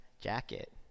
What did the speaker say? jacket